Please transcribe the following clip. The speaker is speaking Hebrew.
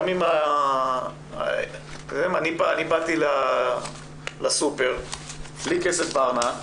אני באתי לסופר בלי סופר בארנק,